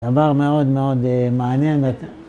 דבר מאוד מאוד מעניין.